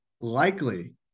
Likely